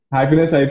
Happiness